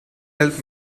help